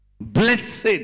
Blessed